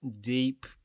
deep